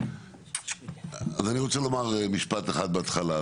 אני רוצה לומר משפט אחד בהתחלה,